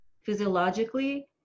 physiologically